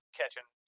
catching